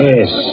Yes